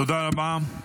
תודה רבה,